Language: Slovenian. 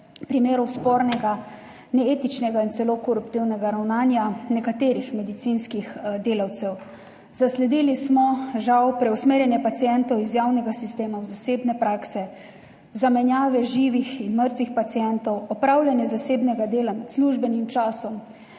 primerov spornega, neetičnega in celo koruptivnega ravnanja nekaterih medicinskih delavcev. Zasledili smo, žal, preusmerjanje pacientov iz javnega sistema v zasebne prakse, zamenjave živih in mrtvih pacientov, opravljanje zasebnega dela med službenim časom,